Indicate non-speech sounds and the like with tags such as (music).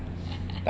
(laughs)